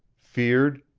feared,